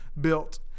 built